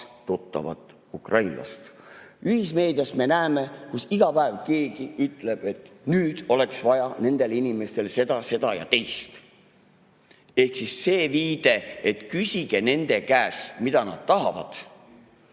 tuttavat ukrainlast. Ühismeediast me näeme, kus iga päev keegi ütleb, et nüüd oleks vaja nendel inimestel seda, seda ja teist. Ehk siis see viide, et küsige nende käest, mida nad tahavad